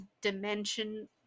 dimension